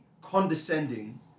condescending